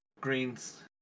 greens